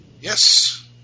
Yes